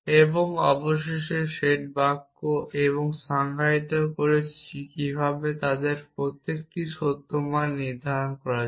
এবং অবশেষে সেট বাক্য এবং আমরা সংজ্ঞায়িত করেছি কিভাবে তাদের প্রতিটিতে সত্য মান নির্ধারণ করা যায়